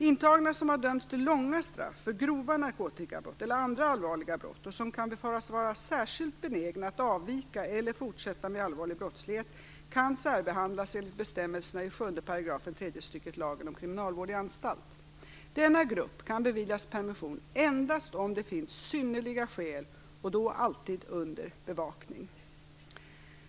Intagna, som har dömts till långa straff för grova narkotikabrott eller andra allvarliga brott och som kan befaras vara särskilt benägna att avvika eller fortsätta med allvarlig brottslighet, kan särbehandlas enligt bestämmelserna i 7 § 3 stycket lagen om kriminalvård i anstalt. Denna grupp kan beviljas permission endast om det finns synnerliga skäl och då alltid under bevakning.